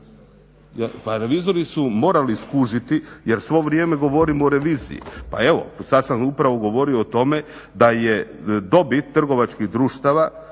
Pa revizori su morali skužiti jer svo vrijeme govorim o reviziji. Pa evo, sad sam upravo govorio o tome da je dobit trgovačkih društava,